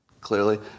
clearly